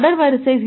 தொடர்பு வரிசை 0